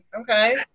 okay